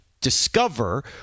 discover